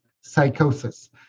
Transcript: psychosis